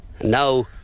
Now